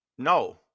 No